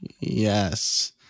yes